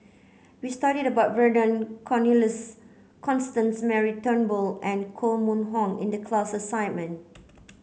we studied about Vernon Cornelius Constance Mary Turnbull and Koh Mun Hong in the class assignment